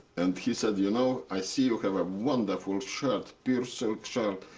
and he said, you know, i see you have a wonderful shirt, pure silk shirt,